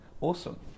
Awesome